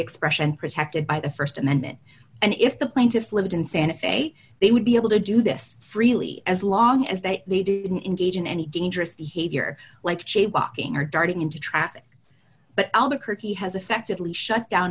expression protected by the st amendment and if the plaintiffs lived in santa fe they would be able to do this freely as long as they didn't engage in any dangerous behavior like jay walking or darting into traffic but albuquerque has effectively shut down